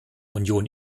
union